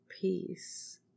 peace